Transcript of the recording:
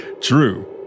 True